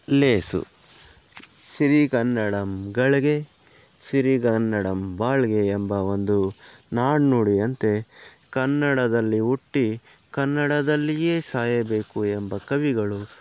ಲೇಸು ಸಿರಿಗನ್ನಡಂ ಗೆಲ್ಗೆ ಸಿರಿಗನ್ನಡಂ ಬಾಳ್ಗೆ ಎಂಬ ಒಂದು ನಾಣ್ಣುಡಿಯಂತೆ ಕನ್ನಡದಲ್ಲಿ ಹುಟ್ಟಿ ಕನ್ನಡದಲ್ಲಿಯೇ ಸಾಯಬೇಕು ಎಂಬ ಕವಿಗಳು